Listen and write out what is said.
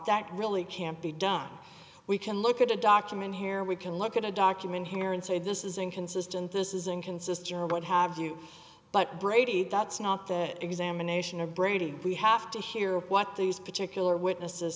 that really can't be done we can look at a document here we can look at a document here and say this is inconsistent this is inconsistent or what have you but brady that's not the examination of brady we have to hear what these particular witnesses